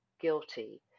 guilty